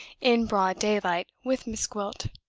in broad daylight, with miss gwilt.